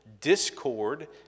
discord